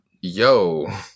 yo